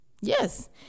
Yes